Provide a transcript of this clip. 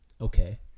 okay